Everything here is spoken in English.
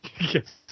Yes